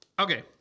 Okay